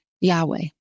Yahweh